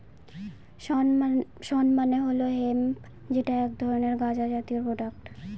শণ মানে হল হেম্প যেটা এক ধরনের গাঁজা জাতীয় প্রোডাক্ট